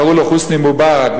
שקראו לו חוסני מובארק,